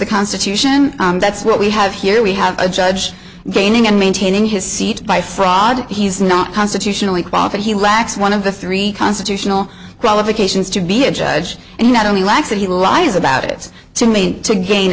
the constitution that's what we have here we have a judge gaining and maintaining his seat by fraud he's not constitutionally qualified he lacks one of the three constitutional qualifications to be a judge and not only likes it he lies about it to me to gain